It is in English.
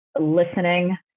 Listening